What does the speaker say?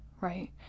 right